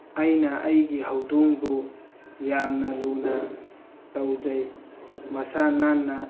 ꯑꯩꯅ ꯑꯩꯒꯤ ꯍꯧꯗꯣꯡꯕꯨ ꯌꯥꯝꯅ ꯂꯨꯅ ꯇꯧꯖꯩ ꯃꯁꯥ ꯅꯥꯟꯅ